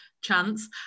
chance